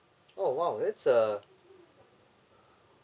oh !wow! it's uh